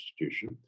institution